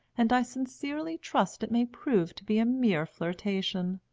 and i sincerely trust it may prove to be a mere flirtation.